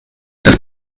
das